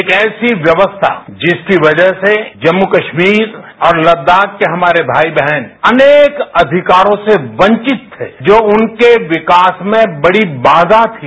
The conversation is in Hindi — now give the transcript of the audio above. एक ऐसी व्यवस्था जिसकी वजह से जम्म्र कस्मीर और लद्दाख के हमारे भाई बहन अनेक अधिकारोंसे वांचित थे जो उनके विकास में बड़ी बाधा थी